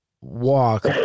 walk